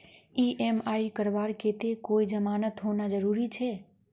EMI करवार केते कोई जमानत होना जरूरी छे?